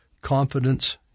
confidence